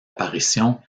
apparitions